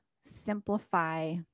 simplify